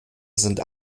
sind